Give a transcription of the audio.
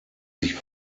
sich